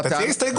תציע הסתייגות.